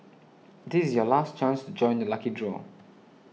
this is your last chance to join the lucky draw